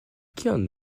kion